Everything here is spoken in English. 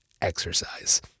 exercise